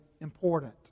important